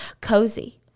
Cozy